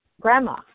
grandma